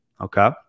Okay